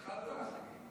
התחלת?